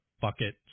bucket